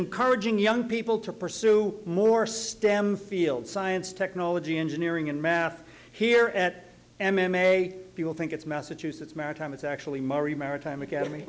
encouraging young people to pursue more stem fields science technology engineering and math here at m m a people think it's massachusetts maritime it's actually mari maritime academy